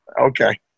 Okay